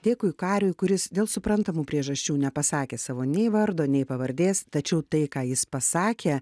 dėkui kariui kuris dėl suprantamų priežasčių nepasakė savo nei vardo nei pavardės tačiau tai ką jis pasakė